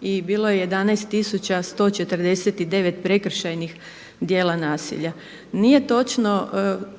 i bilo je 11.149 prekršajnih djela nasilja. Nije točno